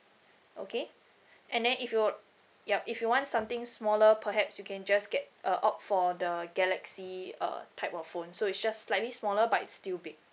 okay and then if you yup if you want something smaller perhaps you can just get uh opt for the galaxy uh type of phone so it's just slightly smaller but it's still big